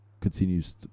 continues